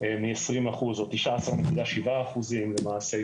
מ-20% או 19.7% למעשה,